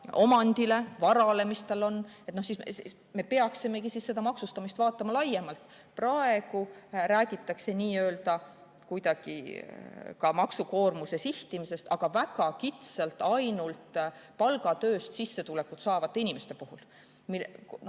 omandile ja varale, mis tal on, peaksime seda maksustamist vaatama laiemalt. Praegu räägitakse kuidagi ka maksukoormuse sihtimisest, aga väga kitsalt ainult palgatööst sissetulekut saavate inimeste puhul. See on